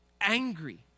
angry